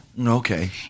Okay